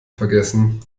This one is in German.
vergessen